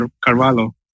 Carvalho